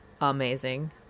amazing